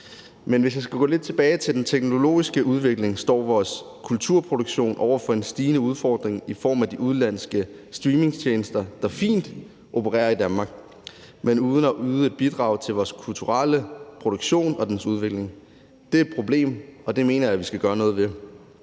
Men hvis jeg skal gå lidt tilbage til den teknologiske udvikling, står vores kulturproduktion over for en stigende udfordring i form af de udenlandske streamingtjenester, der fint opererer i Danmark, men uden at yde et bidrag til vores kulturelle produktion og dens udvikling. Det er et problem, og det mener jeg vi skal gøre noget ved.